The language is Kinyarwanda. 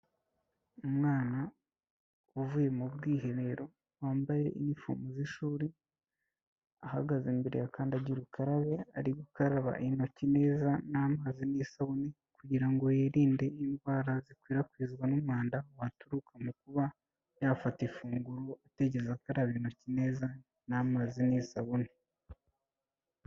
Umwana uvuye mu bwiherero, wambaye inifomu z'ishuri, ahagaze imbere ya kandagirukarabe, ari gukaraba intoki neza, n'amazi, n'isabune, kugira ngo yirinde indwara zikwirakwizwa n'umwanda waturuka mu kuba yafata ifunguro atigeze akaraba intoki neza, n'amazi n'isabune.